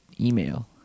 email